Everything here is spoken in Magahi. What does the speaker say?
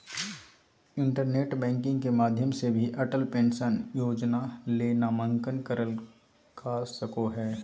इंटरनेट बैंकिंग के माध्यम से भी अटल पेंशन योजना ले नामंकन करल का सको हय